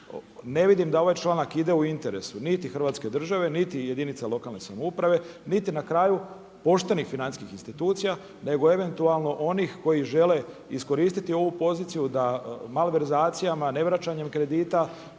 Ne vidim da ovaj članaka ide u interesu niti Hrvatske države, niti jedinice lokalne samouprave, niti na kraju poštenih financijskih institucija, nego eventualno onih koji žele iskoristiti ovu poziciju da malverzacija, ne vraćanjem kredita,